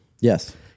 Yes